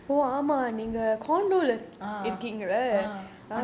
uh uh